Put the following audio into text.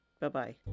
Bye-bye